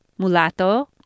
Mulatto